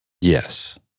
Yes